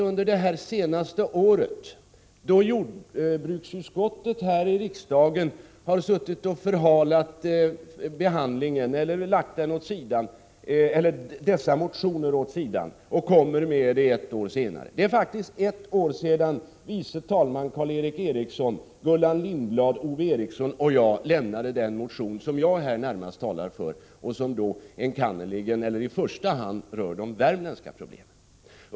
Under det senaste året har jordbruksutskottet här i riksdagen förhalat behandlingen och lagt dessa motioner åt sidan, för att komma med dem ett år senare. Det är nämligen ett år sedan andre vice talmannen Karl Erik Eriksson, Gullan Lindblad, Ove Eriksson och jag lämnade den motion som jag närmast talar för och som rör i första hand de värmländska problemen.